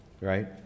right